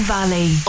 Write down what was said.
Valley